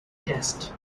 test